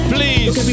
Please